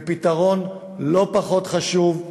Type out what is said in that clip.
3. ופתרון לא פחות חשוב,